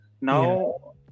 now